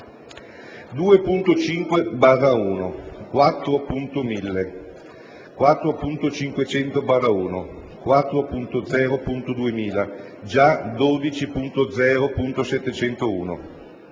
2.5/1, 4.1000, 4.500/1, 4.0.2000 (già 12.0.701),